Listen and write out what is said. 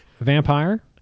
vampire